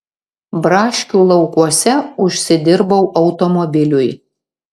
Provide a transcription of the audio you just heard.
braškių laukuose užsidirbau automobiliui